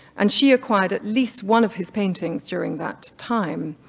and she acquired at least one of his paintings during that time.